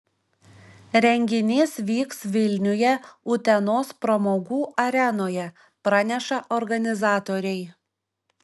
renginys vyks vilniuje utenos pramogų arenoje praneša organizatoriai